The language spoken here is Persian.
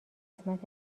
قسمت